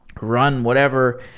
run, whatever.